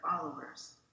followers